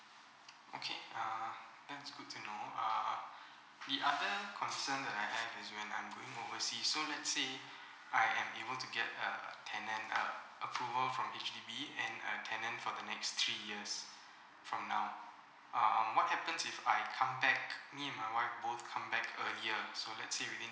okay uh that's good to know uh the other concern that I have is when I'm going overseas so let say I am able to get a tenant uh approval from H_D_B and a tenant for the next three years from now um what happens if I come back me and my wife both come back earlier so let say within